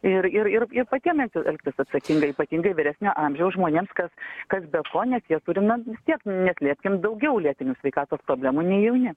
ir ir ir ir patiem elg elgtis atsakingai ypatingai vyresnio amžiaus žmonėms kas kas be ko nes jie turime tiek neslėpkim daugiau lėtinių sveikatos problemų nei jauni